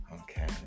Okay